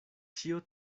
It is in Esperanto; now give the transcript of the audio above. ĉio